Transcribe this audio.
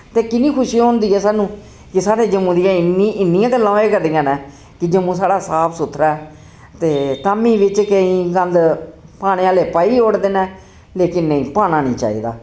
ते किन्नी खुशी होंदी ऐ साह्नू कि साढ़े जम्मू दियां इन्नी इन्नियां गल्लां होए करदियां न कि जम्मू साढ़ा साफ सुथरा ऐ ते तामि बिच केईं गंद पाने आह्ले पाई ओड़दे नै लेकिन नेईं पाना निं चाहिदा